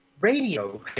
radio